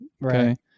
Right